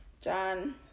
John